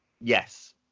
Yes